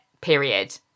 period